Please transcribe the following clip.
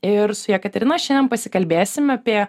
ir su jekaterina šiandien pasikalbėsim apie